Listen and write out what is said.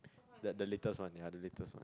the the latest one ya the latest one